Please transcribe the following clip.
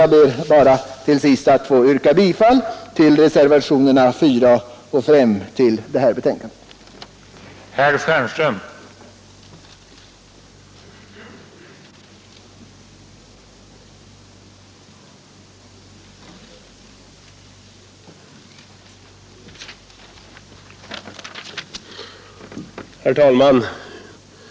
Jag ber bara till sist att få yrka bifall till reservationerna 4 och 5 vid näringsutskottets betänkande nr 11.